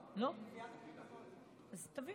לא שמעת,